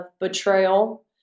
betrayal